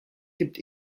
gibt